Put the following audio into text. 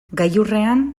gailurrean